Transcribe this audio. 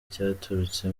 cyaturutse